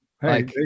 Hey